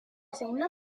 segunda